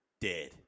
Dead